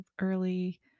early